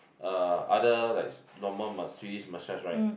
uh other like normal masseuse massage right